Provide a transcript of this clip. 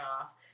off